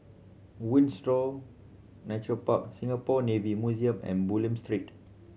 Windsor Nature Park Singapore Navy Museum and Bulim Street